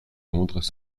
londres